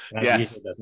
Yes